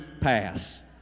pass